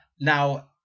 now